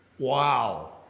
wow